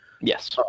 Yes